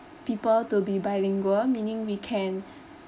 people to be bilingual meaning we can